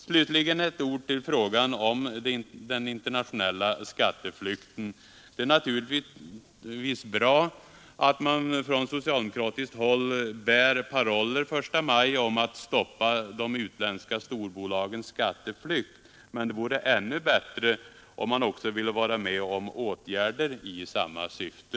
Slutligen ett ord i frågan om den internationella skatteflykten. Det är naturligtvis bra att man på socialdemokratiskt håll den 1 maj bär paroller om att stoppa de utländska storbolagens skatteflykt. Men det vore bättre om man även ville vara med om åtgärder i samma syfte.